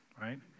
right